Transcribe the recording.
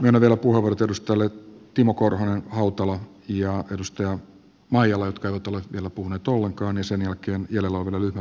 myönnän vielä puheenvuorot edustajille timo korhonen hautala ja edustaja maijala jotka eivät ole vielä puhuneet ollenkaan ja sen jälkeen jäljellä oleville ryhmäpuheenvuoron käyttäjille edustajille lauslahti ja peltonen